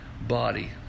body